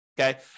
okay